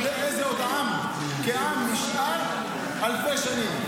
איזה עוד עם כעם נשאר אלפי שנים?